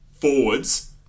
forwards